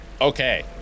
Okay